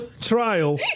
trial